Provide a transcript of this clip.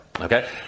okay